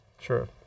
Sure